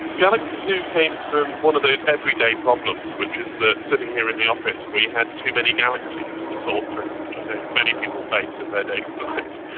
galaxy zoo came from one of those everyday problems which is that sitting here in the office we had too many galaxies to sort through, which i know many people face in their daily lives!